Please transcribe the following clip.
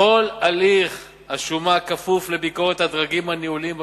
כל הליך השומה כפוף לביקורת הדרגים הניהוליים במשרד,